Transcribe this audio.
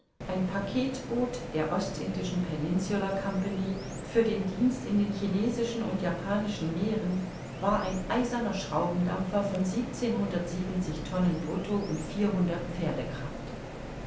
ein packetboot der ostindischen peninsular compagnie für den dienst in den chinesischen und japanischen meeren war ein eiserner schraubendampfer von siebenzehnhundertundsiebenzig tonnen brutto und